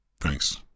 Thanks